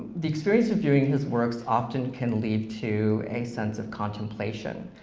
the experience of viewing his works often can lead to a sense of contemplation,